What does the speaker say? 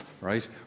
right